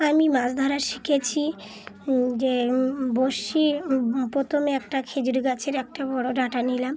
আমি মাছ ধরা শিখেছি যে বড়শি প্রথমে একটা খেজুর গাছের একটা বড়ো ডাঁটা নিলাম